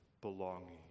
belonging